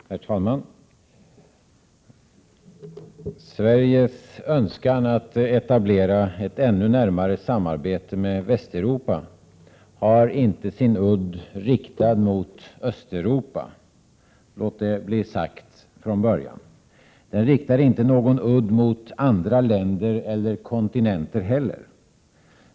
Herr talman! Sveriges önskan att etablera ett ännu närmare samarbete med Västeuropa har inte sin udd riktad mot Östeuropa. Låt detta bli sagt från början. Den riktar inte någon udd mot andra länder eller kontinenter heller.